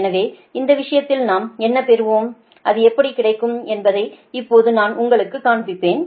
எனவே இந்த விஷயத்தில் நாம் என்ன பெறுவோம் அது எப்படி கிடைக்கும் என்பதை இப்போது நான் உங்களுக்குக் காண்பிப்பேன்